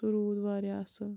سُہ روٗد واریاہ اصٕل